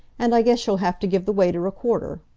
and i guess you'll have to give the waiter a quarter.